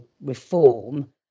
Reform